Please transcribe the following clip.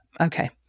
Okay